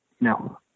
no